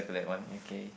okay